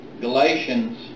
Galatians